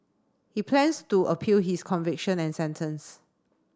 he plans to appeal his conviction and sentence